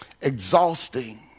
exhausting